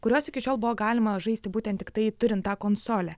kuriuos iki šiol buvo galima žaisti būtent tiktai turint tą konsolę